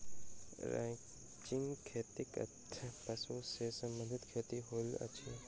ranching खेतीक अर्थ पशु सॅ संबंधित खेती होइत अछि